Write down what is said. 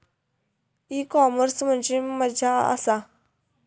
E commerce म्हणजे मझ्या आसा?